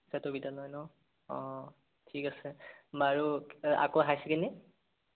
জাতীয় বিদ্যালয় ন অঁ ঠিক আছে বাৰু আকৌ হাই ছেকেণ্ডেৰী